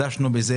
דשנו בזה,